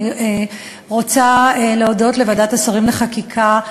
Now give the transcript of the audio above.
אני רוצה להודות לוועדת שרים לחקיקה,